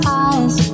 eyes